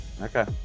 okay